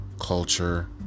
culture